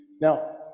Now